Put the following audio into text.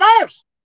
first